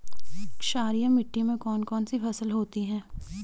क्षारीय मिट्टी में कौन कौन सी फसलें होती हैं?